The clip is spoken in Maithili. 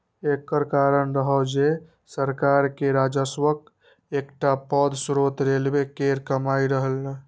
एकर कारण रहै जे सरकार के राजस्वक एकटा पैघ स्रोत रेलवे केर कमाइ रहै